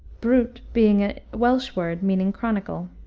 brut being a welsh word meaning chronicle.